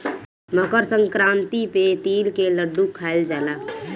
मकरसंक्रांति पे तिल के लड्डू खाइल जाला